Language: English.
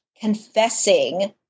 confessing